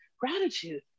gratitude